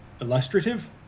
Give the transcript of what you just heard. illustrative